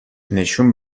نشون